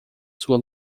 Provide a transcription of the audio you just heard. sua